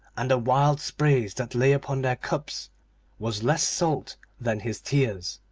and the wild spray that lay upon their cups was less salt than his tears.